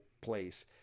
place